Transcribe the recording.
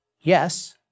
Yes